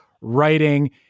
writing